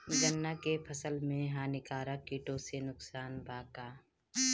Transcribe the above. गन्ना के फसल मे हानिकारक किटो से नुकसान बा का?